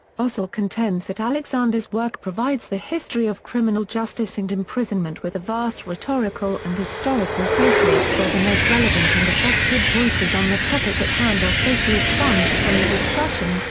osel contends that alexander's work provides the history of criminal justice and imprisonment with a vast rhetorical and historical facelift where the most relevant and affected voices on the topic at hand are safely expunged from the discussion,